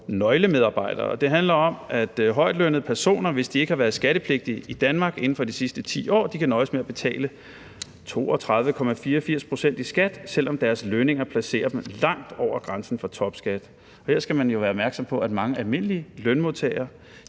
nøglemedarbejdere, og det handler om, at højtlønnede personer, hvis de ikke har været skattepligtige i Danmark inden for de sidste 10 år, kan nøjes med at betale 32,84 pct. i skat, selv om deres lønninger placerer dem langt over grænsen for topskat. Her skal man jo være opmærksom på, at mange almindelige lønmodtagere